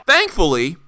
Thankfully